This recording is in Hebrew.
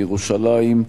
מירושלים,